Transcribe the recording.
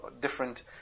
different